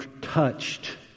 touched